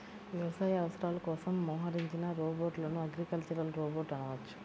వ్యవసాయ అవసరాల కోసం మోహరించిన రోబోట్లను అగ్రికల్చరల్ రోబోట్ అనవచ్చు